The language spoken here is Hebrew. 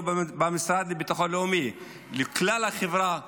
במשרד לביטחון לאומי לכלל החברה בישראל?